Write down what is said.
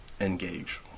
Engage